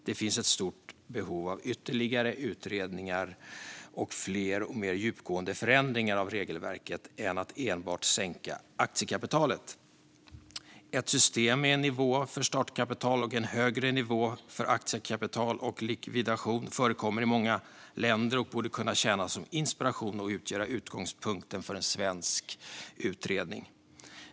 Det finns ett stort behov av ytterligare utredningar och av fler och mer djupgående förändringar av regelverket än att enbart sänka aktiekapitalet. Ett system med en nivå för startkapital och en högre nivå för aktiekapital och likvidation förekommer i många länder och borde kunna tjäna som inspiration och utgöra utgångspunkten för en svensk utredning.